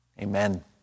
Amen